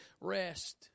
rest